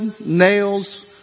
nails